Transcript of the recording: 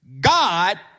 God